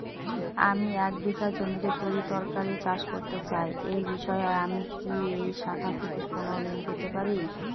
আমি এক বিঘা জমিতে তরিতরকারি চাষ করতে চাই এই বিষয়ে আমি কি এই শাখা থেকে কোন ঋণ পেতে পারি?